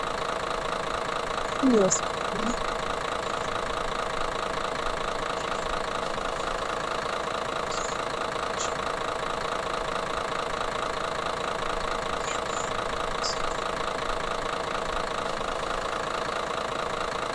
Hii ni hospitali ya maendeleo. Daktari. Juu. Daktari anaenda shika.